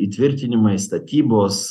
įtvirtinimai statybos